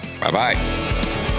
bye-bye